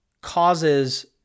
causes